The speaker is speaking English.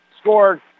scored